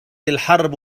الحرب